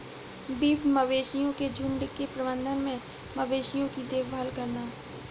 beef मवेशियों के झुंड के प्रबंधन में मवेशियों की देखभाल करना